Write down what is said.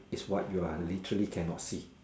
is what you are literally can not see